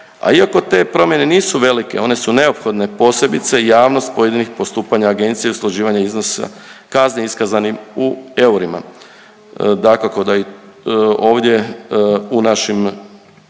a iako te promjene nisu velike one su neophodne posebice javnost pojedinih postupanja agencije usklađivanja iznosa kazne iskazanim u eurima. Dakako da i ovdje u našim